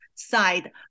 side